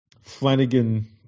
Flanagan